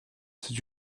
c’est